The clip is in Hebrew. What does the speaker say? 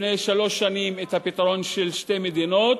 לפני שלוש שנים את הפתרון של שתי מדינות,